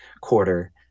quarter